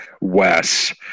Wes